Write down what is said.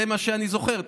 זה מה שאני זוכר.